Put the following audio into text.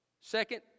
Second